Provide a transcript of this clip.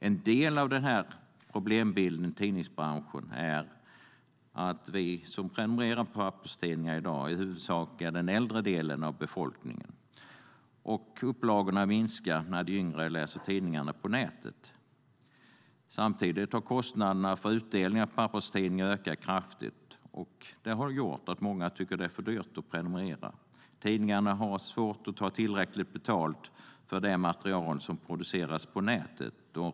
En del av problembilden i tidningsbranschen är att vi som prenumererar på papperstidningar i dag i huvudsak är den äldre delen av befolkningen. Upplagorna minskar när de yngre läser tidningarna på nätet. Samtidigt har kostnaderna för utdelningen av papperstidningar ökat kraftigt. Det har gjort att många tycker att det är för dyrt att prenumerera. Tidningarna har svårt att ta tillräckligt betalt för det material som produceras på nätet.